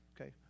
Okay